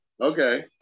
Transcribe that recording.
Okay